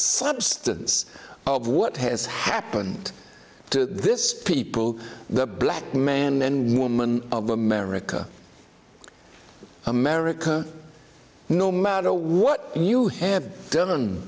substance of what has happened to this people the black man and woman of america america no matter what you have done